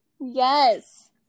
Yes